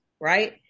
right